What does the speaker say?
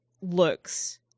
looks